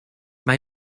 mae